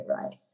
right